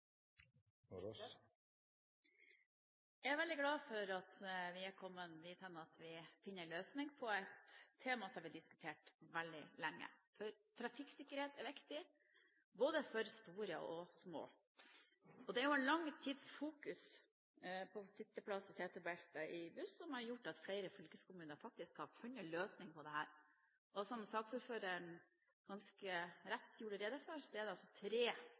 Jeg er veldig glad for at vi er kommet dit hen at vi finner en løsning på et tema som vi har diskutert veldig lenge. For trafikksikkerhet er viktig, både for store og for små. Det er lang tids fokus på sitteplass og setebelte i buss som har gjort at flere fylkeskommuner har funnet en løsning på dette. Som saksordføreren ganske rett gjorde rede for, er det tre